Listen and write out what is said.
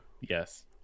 Yes